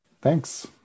thanks